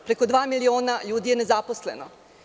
Preko dva miliona ljudi je nezaposleno.